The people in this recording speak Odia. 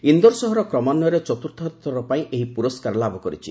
ଇନ୍ଦୋର ସହର କ୍ରମାନ୍ୱୟରେ ଚତୁର୍ଥ ଥର ପାଇଁ ଏହି ପୁରସ୍କାର ଲାଭ କରିଛି